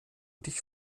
dich